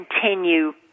continue